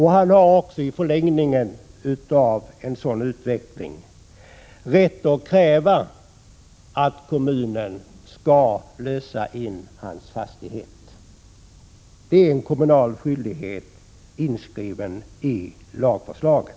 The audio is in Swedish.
Han har också i förlängningen av en sådan utveckling rätt att kräva att kommunen skall lösa in hans fastighet. Det är en kommunal skyldighet, inskriven i lagförslaget.